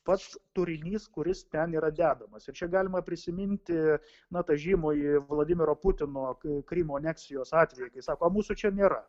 pats turinys kuris ten yra dedamas ir čia galima prisiminti na tą žymųjį vladimiro putino kai krymo aneksijos atvejį kai sako mūsų čia nėra